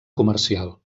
comercial